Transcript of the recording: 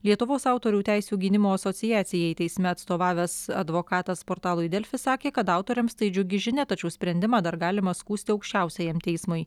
lietuvos autorių teisių gynimo asociacijai teisme atstovavęs advokatas portalui delfi sakė kad autoriams tai džiugi žinia tačiau sprendimą dar galima skųsti aukščiausiajam teismui